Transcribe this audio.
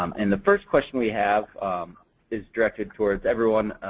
um and the first question we have is directed toward everyone.